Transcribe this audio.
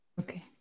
Okay